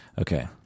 Okay